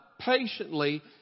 patiently